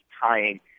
tying